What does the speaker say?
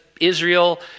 Israel